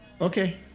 Okay